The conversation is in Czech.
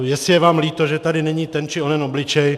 Jestli je vám líto, že tady není ten či onen obličej.